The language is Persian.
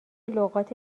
لغات